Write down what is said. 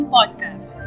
Podcast